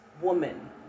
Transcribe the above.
woman